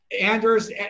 Anders